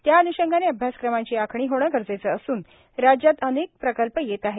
त्या अन्षंगाने अभ्यासक्रमांची आखणी होणे गरजेचे असून राज्यात अनेक प्रकल्प येत आहेत